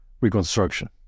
reconstruction